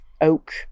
oak